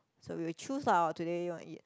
so we will choose lah today we want to eat